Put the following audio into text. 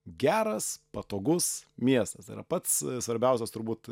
geras patogus miestas yra pats svarbiausias turbūt